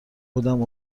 بودم